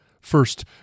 First